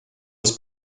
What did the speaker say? was